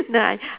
ni~